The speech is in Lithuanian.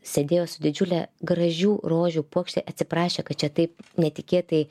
sėdėjo su didžiule gražių rožių puokšte atsiprašė kad čia taip netikėtai